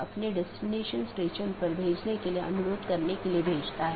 हालांकि हर संदेश को भेजने की आवश्यकता नहीं है